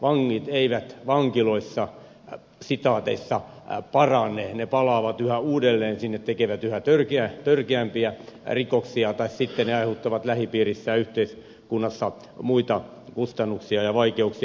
vangit eivät vankiloissa parane he palaavat yhä uudelleen sinne tekevät yhä törkeämpiä rikoksia tai sitten he aiheuttavat lähipiirissään yhteiskunnassa muita kustannuksia ja vaikeuksia